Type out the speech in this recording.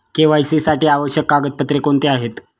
KYC साठी आवश्यक कागदपत्रे कोणती आहेत?